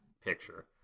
picture